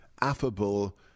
affable